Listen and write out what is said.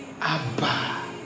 Abba